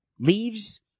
leaves